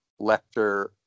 Lecter